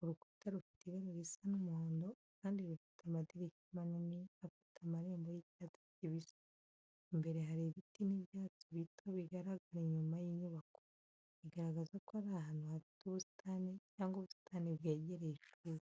Urukuta rufite ibara risa n’umuhondo, kandi rufite amadirishya manini afite amarembo y’icyatsi kibisi. Imbere hari ibiti n’ibyatsi bito bigaragara inyuma y’inyubako, bigaragaza ko iri ahantu hafite ubusitani cyangwa ubusitani bwegereye ishuri.